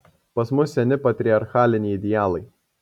pas mus seni patriarchaliniai idealai